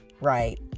right